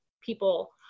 people